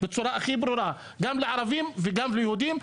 בצורה הכי ברורה - גם לערבים וגם ליהודים.